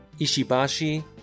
Ishibashi